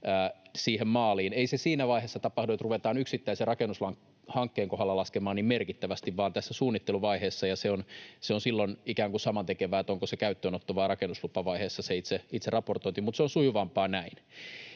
niin edelleen. Ei se siinä vaiheessa tapahdu, että ruvetaan yksittäisen rakennushankkeen kohdalla laskemaan niin merkittävästi, vaan tässä suunnitteluvaiheessa, ja silloin on ikään kuin samantekevää, onko se itse raportointi käyttöönotto- vai rakennuslupavaiheessa. Mutta se on sujuvampaa näin.